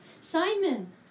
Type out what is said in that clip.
Simon